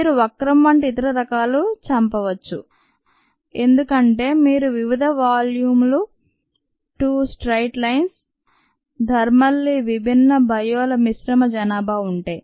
మీరు వక్రం వంటి ఇతర రకాల చంపవచ్చు ఎందుకంటే మీరు వివిధ వ్యాల్యూ 2 స్ట్రెయిట్ లైన్స్ థర్మాలీ విభిన్న బయో ుల మిశ్రమ జనాభా ఉంటే